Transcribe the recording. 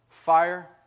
fire